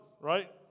right